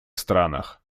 странах